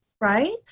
Right